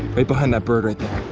behind that bird right